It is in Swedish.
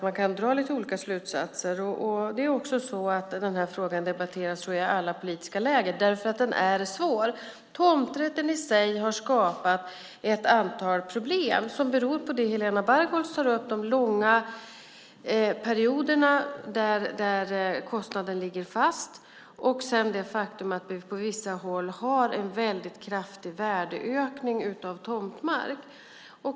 Man kan dra lite olika slutsatser, och frågan debatteras i alla politiska läger eftersom den är svår. Tomträtten i sig har skapat ett antal problem som beror på det Helena Bargholtz tar upp, det vill säga de långa perioderna där kostnaden ligger fast och det faktum att vi på vissa håll har en väldigt kraftig värdeökning på tomtmark.